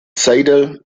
seidel